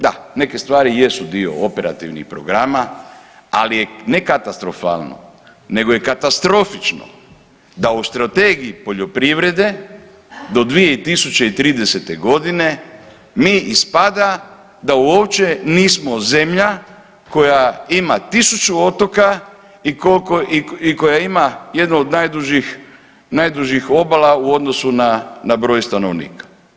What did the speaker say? Da, neke stvari jesu dio operativnih programa, ali je ne katastrofalno, nego je katastrofično da u Strategiji poljoprivrede do 2030. g. mi ispada da uopće nismo zemlja koja ima 1000 otoka i koja ima jednu od najdužih obala u odnosu na broj stanovnika.